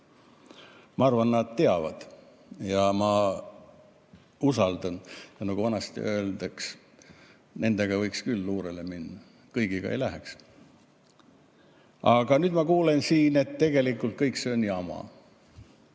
Ma arvan, et nad teavad, ja ma usaldan [neid], nagu vanasti öeldi, nendega võiks küll luurele minna. Kõigiga ei läheks. Aga nüüd ma kuulen siin, et tegelikult kõik see on jama.